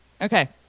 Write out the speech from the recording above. Okay